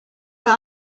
but